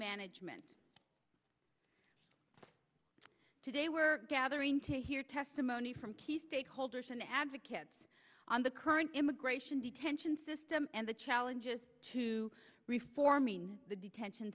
management today were gathering to hear testimony from key stakeholders and advocates on the current immigration detention system and the challenges to reforming the detention